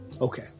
Okay